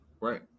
right